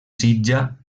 sitja